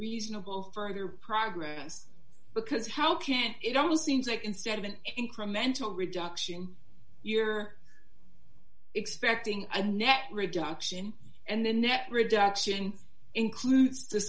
reasonable further progress because how can it almost seems like instead of an incremental reduction you're expecting a net reduction and the net reduction includes the